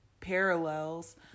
parallels